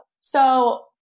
So-